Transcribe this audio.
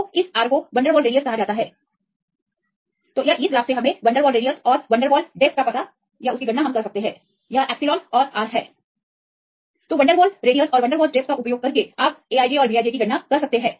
तो इसे R कहा जाता है उसे वनडेर वाल रेडियस कहा जाता है इसलिए इस ग्राफ से वनडेरवाल रेडियस और साथ ही वनडेर वाल्स डेप्थ की गणना कर सकते हैं यह एप्सिलॉन और R है तो इस रेडियस और अच्छी तरह से डेप्थ का उपयोग कर आप A i j और B i j की गणना कर सकते हैं